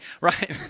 right